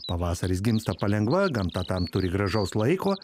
pavasaris gimsta palengva gamta tam turi gražaus laiko